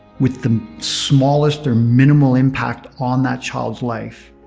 with the smallest or minimal impact on that child's life,